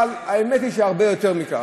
אבל האמת היא שהרבה יותר מכך,